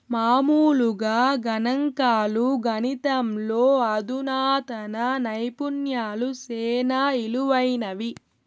మామూలుగా గణంకాలు, గణితంలో అధునాతన నైపుణ్యాలు సేనా ఇలువైనవి